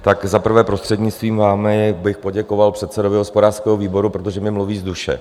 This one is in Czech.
Za prvé, prostřednictvím vaším, bych poděkoval předsedovi hospodářského výboru, protože mi mluví z duše.